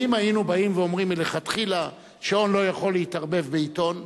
האם היינו באים ואומרים מלכתחילה שהון לא יכול להתערבב בעיתון?